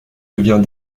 revient